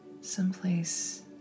someplace